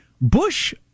Bush